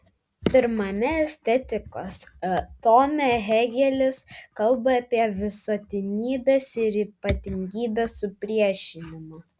pirmame estetikos tome hėgelis kalba apie visuotinybės ir ypatingybės supriešinimą